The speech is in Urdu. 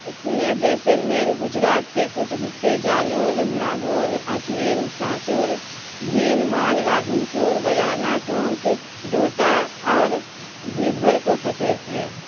اس نے جیسلمیر گجرات کے کچھ حصے جالور ناگور اجمیر سانچور بھین مال رادھن پور بیانا ٹونک ڈوٹا اور نبھر کو فتح کیا